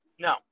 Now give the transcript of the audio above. No